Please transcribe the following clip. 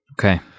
Okay